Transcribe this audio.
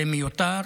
זה מיותר,